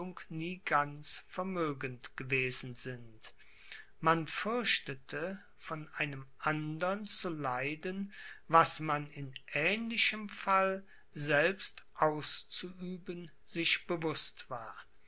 nie ganz vermögend gewesen sind man fürchtete von einem andern zu leiden was man in ähnlichem fall selbst auszuüben sich bewußt war